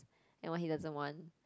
and what he doesn't want